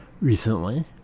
recently